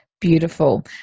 beautiful